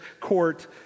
court